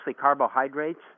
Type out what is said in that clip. carbohydrates